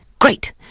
Great